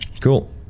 Cool